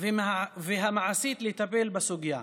והמעשית לטפל בסוגיה.